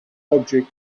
object